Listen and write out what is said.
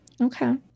Okay